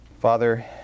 Father